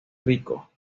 rico